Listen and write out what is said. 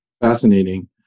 Fascinating